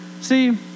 See